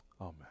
amen